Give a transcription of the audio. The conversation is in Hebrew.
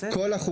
כולנו